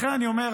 לכן אני אומר,